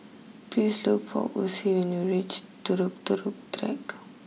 please look for Ocie when you reach Turut Track